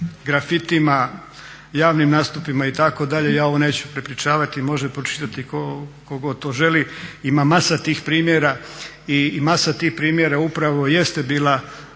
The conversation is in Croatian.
grafitima, javnim nastupima itd.. Ja ovo neću prepričavati, može pročitati tko god to želi. Ima masa tih primjera. I masa tih primjera upravo jeste bila